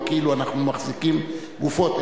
לא כאילו שאנחנו מחזיקים גופות,